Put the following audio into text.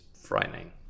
frightening